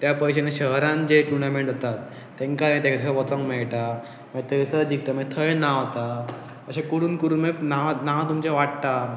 त्या पयशेन शहरान जे टुर्णमेंट जाततात तेंकां मागी थंयसर वचोंक मेळटा मागीर थंयसर जिकता मागीर थंय नांव जाता अशें करून करून मागीर नांव नांव तुमचें वाडटा